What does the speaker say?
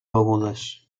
begudes